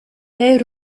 they